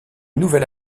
nouvelle